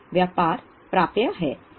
एक व्यापार प्राप्य क्या है